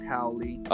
Howley